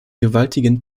gewaltigen